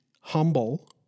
humble